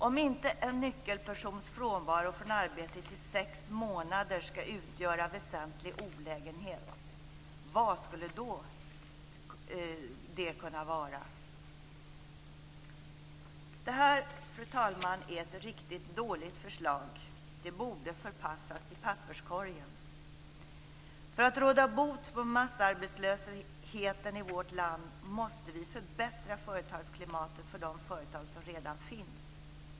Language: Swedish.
Om inte en nyckelpersons frånvaro från arbetet i sex månader skall utgöra väsentlig olägenhet, vad skall det då kunna vara? Fru talman! Detta är ett riktigt dåligt förslag. Det borde förpassas till papperskorgen. För att råda bot på massarbetslösheten i vårt land måste vi kraftigt förbättra företagsklimatet för de företag som redan finns.